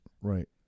right